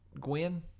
Gwen